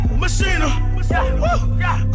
machine